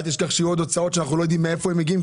אל תשכח שיהיו עוד הוצאות שאנחנו לא יודעים מאיפה יגיעו,